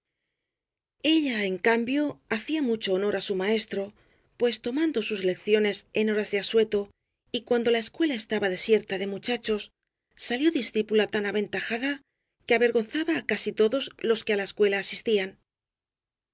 ella en cambio hacía mucho honor á su maes tro pues tomando sus lecciones en horas de asueto y cuando la escuela estaba desierta de muchachos salió discípula tan aventajada que avergonzaba á casi todos los que á la escuela asistían